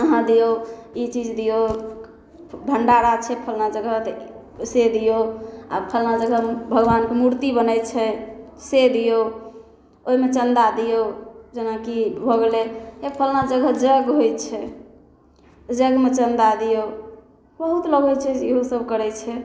अहाँ दिऔ ई चीज दिऔ भण्डारा छै फल्लाँ जगह तऽ से दिऔ आब फल्लाँ जगह भगवानके मुरति बनै छै से दिऔ ओहिमे चन्दा दिऔ जेनाकि भऽ गेलै हे फल्लाँ जगह जग होइ छै तऽ जगमे चन्दा दिऔ बहुत लोक होइ छै जे इहोसब करै छै